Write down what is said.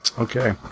Okay